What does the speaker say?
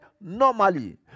normally